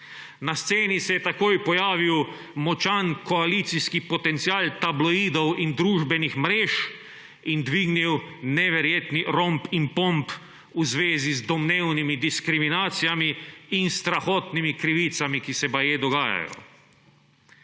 Na sceni se je tako pojavil močan koalicijski potencial tabloidov in družbenih mrež in dvignil neverjetni romp in pomp v zvezi z domnevnimi diskriminacijami in strahotnimi krivicami, ki se baje dogajajo.